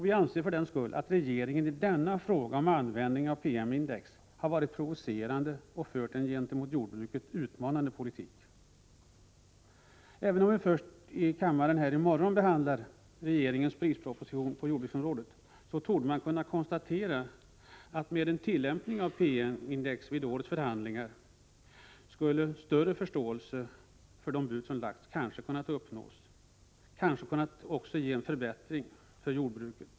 Vi anser för den skull att regeringen i fråga om användning av PM-index har varit provocerande och fört en gentemot jordbruket utmanande politik. Även om vi först i morgon här i kammaren behandlar regeringens proposition om priser på jordbruksområdet, torde man kunna konstatera att med en tillämpning av PM-index vid årets förhandlingar skulle större förståelse för de bud som har lagts kanske ha kunnat uppnås och kanske gett en förbättring för jordbruket.